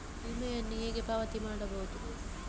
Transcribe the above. ವಿಮೆಯನ್ನು ಹೇಗೆ ಪಾವತಿ ಮಾಡಬಹುದು?